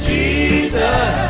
Jesus